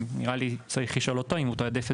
נראה לי שצריך לשאול אותו אם הוא תיעדף את